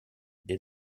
des